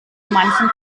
manchen